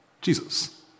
jesus